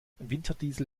winterdiesel